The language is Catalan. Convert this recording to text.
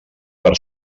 per